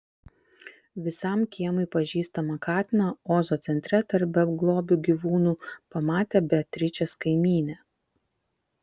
visam kiemui pažįstamą katiną ozo centre tarp beglobių gyvūnų pamatė beatričės kaimynė